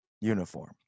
uniform